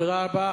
תודה רבה.